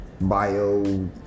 bio